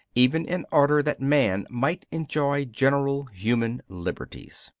even in order that man might enjoy general human liberties.